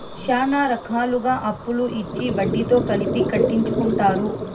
శ్యానా రకాలుగా అప్పులు ఇచ్చి వడ్డీతో కలిపి కట్టించుకుంటారు